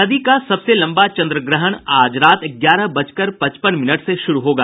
सदी का सबसे लंबा चंद्रग्रहण आज रात ग्यारह बजकर पचपन मिनट से शुरू होगा